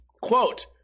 Quote